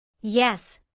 Yes